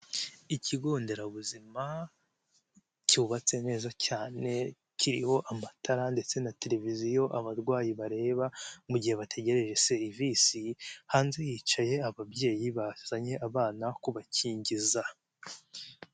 Ikigo nderabuzima cyubatse neza cyane, kiriho amatara ndetse na televiziyo abarwayi bareba mu gihe bategereje serivisi, hanze yicaye ababyeyi bazanye abana kubakingiza.